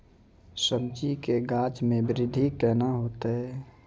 सब्जी के गाछ मे बृद्धि कैना होतै?